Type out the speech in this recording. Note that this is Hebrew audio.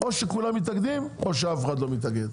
או שכולם מתאגדים או שאף אחד לא מתאגד,